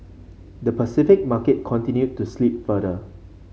the Pacific market continued to slip further